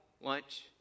lunch